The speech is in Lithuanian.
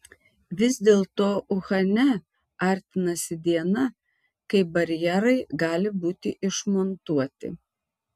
vis dėlto uhane artinasi diena kai barjerai gali būti išmontuoti